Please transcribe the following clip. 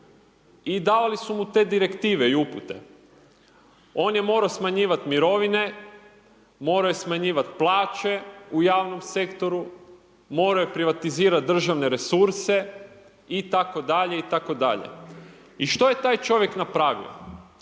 i davali su mu te direktive i upute. On je morao smanjivati mirovine, morao je smanjivati plaće u javnom sektoru, morao je privatizirati državne resurse i tako dalje, i tako dalje. I što je taj čovjek napravio?